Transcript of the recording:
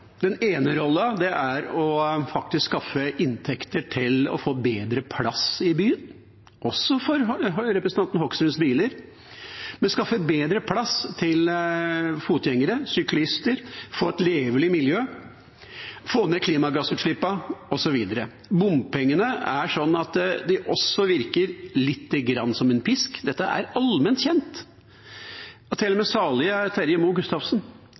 Den ene rollen er faktisk å skaffe inntekter til å få bedre plass i byene, også for representanten Hoksruds biler. Det blir skaffet bedre plass til fotgjengere og syklister, og man får et levelig miljø, får ned klimagassutslippene osv. Bompengene virker også litt som en pisk. Dette er allment kjent. Til og med salige Terje Moe Gustavsen